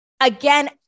again